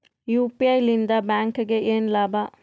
UPI ಲಿಂದ ಬ್ಯಾಂಕ್ಗೆ ಏನ್ ಲಾಭ?